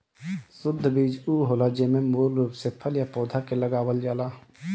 शुद्ध बीज उ होला जेमे मूल रूप से फल या पौधा के लगावल जाला